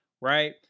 right